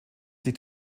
sich